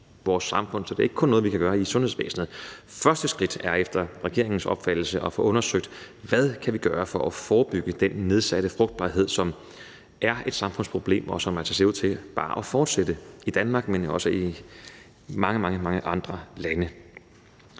Så det er ikke noget, vi kun kan gøre i sundhedsvæsenet. Første skridt er efter regeringens opfattelse at få undersøgt, hvad vi kan gøre for at forebygge den nedsatte frugtbarhed, som er et samfundsproblem, og som altså ser ud til bare at fortsætte i Danmark, men også i mange, mange andre lande.